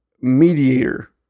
Mediator